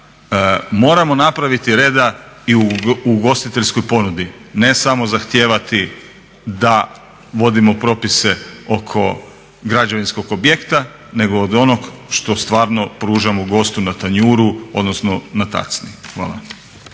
moramo napraviti reda i u ugostiteljskoj ponudi. Ne samo zahtijevati da vodimo propise oko građevinskog objekta, nego od onog što stvarno pružamo gostu na tanjuru odnosno na tacni. Hvala.